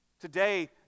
Today